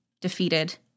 defeated